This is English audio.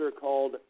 called